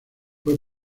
fue